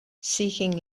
seeking